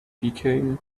become